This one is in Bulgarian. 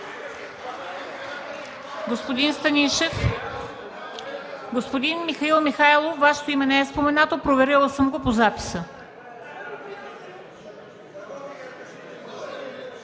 Господин Станишев. Господин Михаил Михайлов, Вашето име не е споменато, проверила съм го по записа.